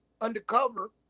undercover